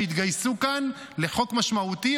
שהתגייסו כאן לחוק משמעותי,